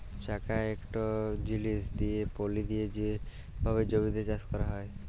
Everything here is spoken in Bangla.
চাকা ইকট জিলিস দিঁয়ে পলি দিঁয়ে যে ভাবে জমিতে চাষ ক্যরা হয়